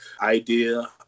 idea